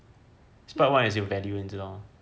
spoilt one 也是有 value 你知道吗